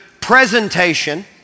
presentation